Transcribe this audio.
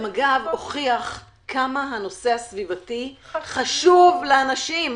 אגב, זה גם הוכיח כמה הנושא הסביבתי חשוב לאנשים.